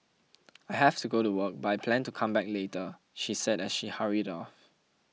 I have to go to work but I plan to come back later she said as she hurried off